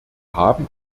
haben